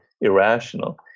irrational